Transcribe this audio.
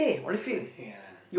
ya